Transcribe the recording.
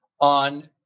on